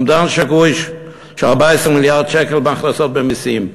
אומדן שגוי של 14 מיליארד שקלים בהכנסות ממסים.